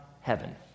heaven